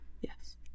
Yes